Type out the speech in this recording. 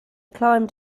climbed